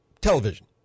television